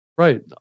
Right